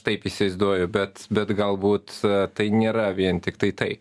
taip įsivaizduoju bet bet galbūt tai nėra vien tiktai tai